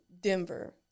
Denver